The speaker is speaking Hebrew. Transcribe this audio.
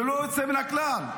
ללא יוצא מן הכלל,